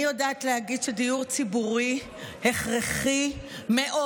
אני יודעת להגיד שדיור ציבורי הכרחי מאוד